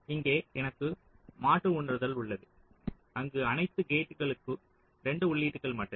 இங்கே எனக்கு மாற்று உணர்தல் உள்ளது அங்கு அனைத்து கேட்களுக்கு 2 உள்ளீடுகள் மட்டுமே